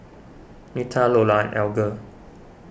Nita Lola Alger